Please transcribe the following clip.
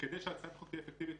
כדי שהצעת החוק תהיה אפקטיבית